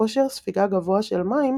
וכושר ספיגה גבוה של מים,